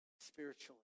spiritually